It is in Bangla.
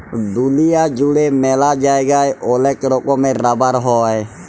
দুলিয়া জুড়ে ম্যালা জায়গায় ওলেক রকমের রাবার হ্যয়